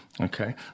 Okay